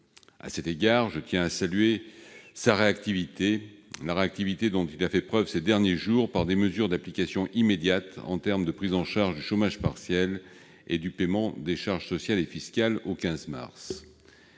À cet égard, je tiens à saluer la réactivité dont il a fait preuve ces derniers jours en prenant des mesures d'application immédiate de prise en charge du chômage partiel et de report du paiement des charges sociales et fiscales au 15 mars.